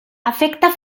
afecta